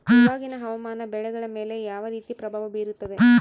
ಇವಾಗಿನ ಹವಾಮಾನ ಬೆಳೆಗಳ ಮೇಲೆ ಯಾವ ರೇತಿ ಪ್ರಭಾವ ಬೇರುತ್ತದೆ?